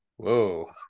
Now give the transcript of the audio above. whoa